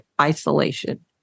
isolation